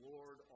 Lord